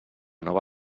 nova